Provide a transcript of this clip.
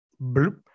bloop